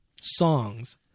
songs